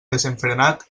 desenfrenat